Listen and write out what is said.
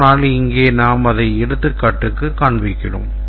ஆனால் இங்கே நாம் அதை எடுத்துக்காட்டுக்குக் காண்பிக்கிறோம்